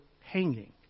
hanging